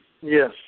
Yes